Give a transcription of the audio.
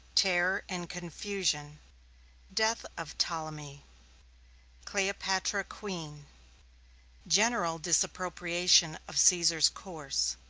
terror and confusion death of ptolemy cleopatra queen general disapprobation of caesar's course